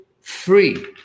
free